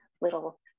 little